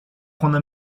prendre